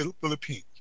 Philippines